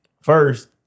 First